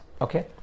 Okay